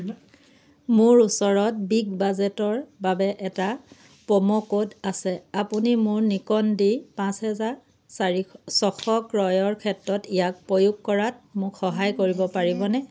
মোৰ ওচৰত বিগ বাজেটৰ বাবে এটা প্ৰম' কোড আছে আপুনি মোৰ নিকন ডি পাঁচ হাজাৰ চাৰি ছশ ক্ৰয়ৰ ক্ষেত্ৰত ইয়াক প্ৰয়োগ কৰাত মোক সহায় কৰিব পাৰিবনে